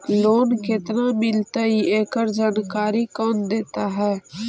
Loan केत्ना मिलतई एकड़ जानकारी कौन देता है?